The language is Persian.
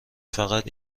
فقط